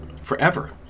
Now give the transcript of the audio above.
forever